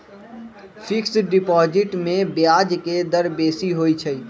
fixed deposit में ब्याज के दर बेशी होइ छइ